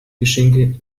geschenke